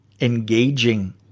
engaging